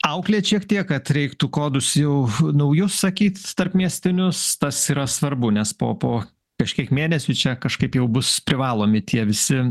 auklėt šiek tiek kad reiktų kodus jau naujus sakyt tarpmiestinius tas yra svarbu nes po po kažkiek mėnesių čia kažkaip jau bus privalomi tie visi